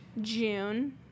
June